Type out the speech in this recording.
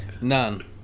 none